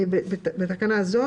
בתקנה זו,